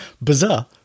Bizarre